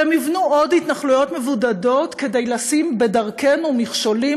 והם יבנו עוד התנחלויות מבודדות כדי לשים בדרכנו מכשולים